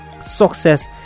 success